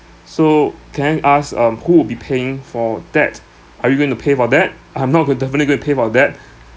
so can I ask um who will be paying for that are you going to pay for that I'm not going to definitely go and pay for that